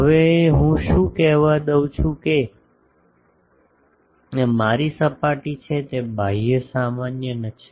હવે હું શું કહેવા દઉ છું કે આ મારી સપાટી છે તે બાહ્ય સામાન્ય છે